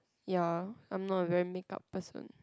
ya I'm not a very makeup person